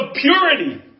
purity